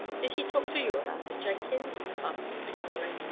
did he talk to you about it, jenkins? asked mr. galloway.